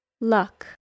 Luck